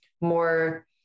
more